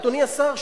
אדוני השר,